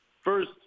first